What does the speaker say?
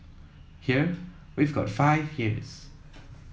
here we've got five years